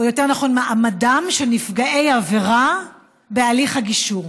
או יותר נכון מעמדם, של נפגעי עבירה בהליך הגישור.